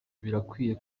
birakwiye